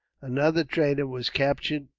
another trader was captured